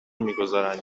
میگذارند